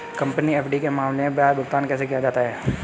Company FD के मामले में ब्याज भुगतान कैसे किया जाता है?